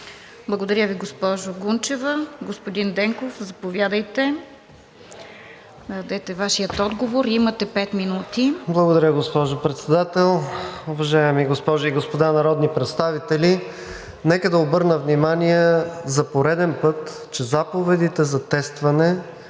Благодаря Ви, госпожо Гунчева. Господин Денков, заповядайте да дадете Вашия отговор. Имате пет минути. МИНИСТЪР НИКОЛАЙ ДЕНКОВ: Благодаря, госпожо Председател. Уважаеми госпожи и господа народни представители! Нека да обърна внимание за пореден път, че заповедите за тестване